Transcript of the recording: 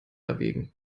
erwägen